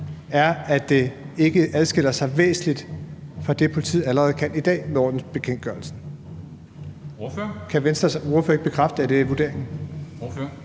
er, at det ikke adskiller sig væsentligt fra det, politiet allerede kan i dag med ordensbekendtgørelsen. Kan Venstres ordfører ikke bekræfte, at det er vurderingen?